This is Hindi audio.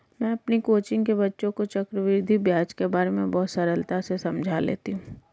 मैं अपनी कोचिंग के बच्चों को चक्रवृद्धि ब्याज के बारे में बहुत सरलता से समझा लेती हूं